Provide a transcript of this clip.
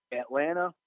Atlanta